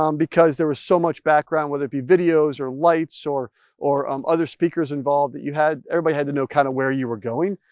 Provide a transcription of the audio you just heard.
um because there was so much background. whether it be videos or lights or or um other speakers involved, that you had, everybody had to know, kind of where you were going.